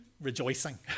rejoicing